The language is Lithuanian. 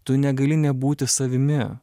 tu negali nebūti savimi